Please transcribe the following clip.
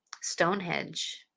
Stonehenge